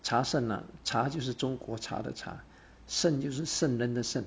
茶圣 ah 茶就是中国茶的茶圣就是圣人的圣